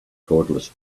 cordless